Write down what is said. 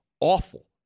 awful